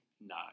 No